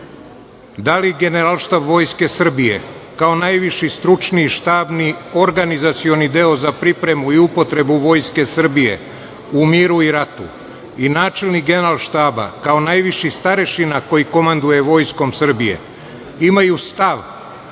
da li Generalštab Vojske Srbije, kao najviši stručni štabni, organizacioni deo za pripremu i upotrebu Vojske Srbije u miru i ratu i načelnik Generalštaba, kao najviši starešina koji komanduje Vojskom Srbije, imaju stav,